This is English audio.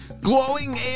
glowing